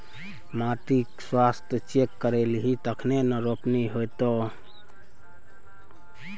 माटिक स्वास्थ्य चेक करेलही तखने न रोपनी हेतौ